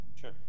Sure